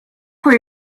where